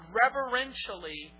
reverentially